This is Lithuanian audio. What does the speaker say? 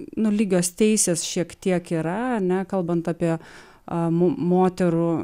nu lygios teisės šiek tiek yra a ne kalbant apie a moterų